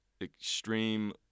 extreme